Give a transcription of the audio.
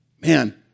Man